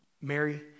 Mary